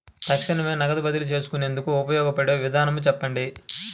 తక్షణమే నగదు బదిలీ చేసుకునేందుకు ఉపయోగపడే విధానము చెప్పండి?